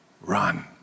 Run